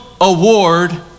award